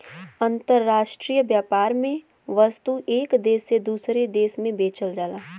अंतराष्ट्रीय व्यापार में वस्तु एक देश से दूसरे देश में बेचल जाला